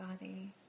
body